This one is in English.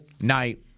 night